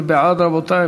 מי בעד, רבותי?